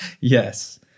Yes